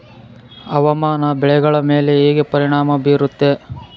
ಹವಾಮಾನ ಬೆಳೆಗಳ ಮೇಲೆ ಹೇಗೆ ಪರಿಣಾಮ ಬೇರುತ್ತೆ?